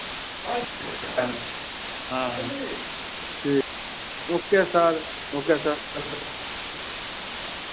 हाँ ठीक okay sir okay sir